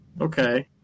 Okay